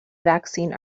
vaccine